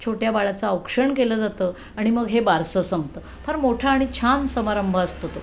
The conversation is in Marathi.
छोट्या बाळाचं औक्षण केलं जातं आणि मग हे बारसं संपतं फार मोठा आणि छान समारंभ असतो तो